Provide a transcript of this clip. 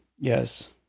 Yes